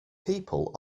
people